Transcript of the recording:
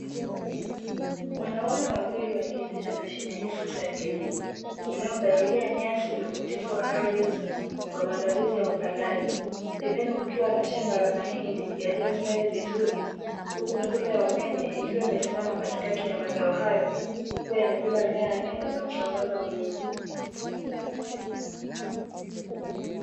Wanaume wawili wakiendesha mashine ya kisasa ya kilimo inayopalilia nyasi na kutifua ardhi kwa maandalizi ya upandaji pembeni kukiwa na shamba la mahindi yaliyostawi vizuri huku nguzo ya umeme ikiwa imesimama katikati ya mazao hayo likiwa limebeba nyaya nyingi za kusambaza umeme.